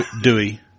Dewey